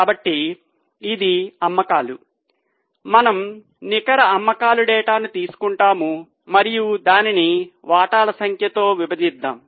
కాబట్టి ఇది అమ్మకాలు మనము నికర అమ్మకాల డేటాను తీసుకుంటాము మరియు దానిని వాటాల సంఖ్యతో విభజిద్దాం